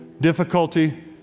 difficulty